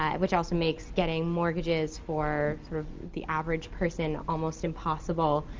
which also makes getting mortgages for sort of the average person almost impossible.